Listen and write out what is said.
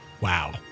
Wow